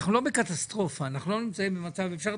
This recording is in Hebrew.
אנחנו לא נמצאים במצב של קטסטרופה.